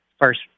first